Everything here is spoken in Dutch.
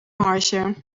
marge